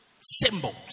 Symbols